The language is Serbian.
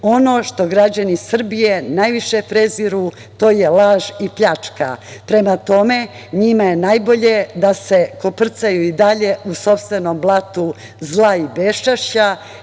Ono što građani Srbije najviše preziru to je laž i pljačka. Prema tome, njima je najbolje da se koprcaju i dalje u sopstvenom blatu zla i beščašća,